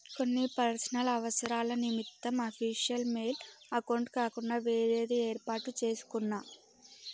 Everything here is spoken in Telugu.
కొన్ని పర్సనల్ అవసరాల నిమిత్తం అఫీషియల్ మెయిల్ అకౌంట్ కాకుండా వేరేది యేర్పాటు చేసుకున్నా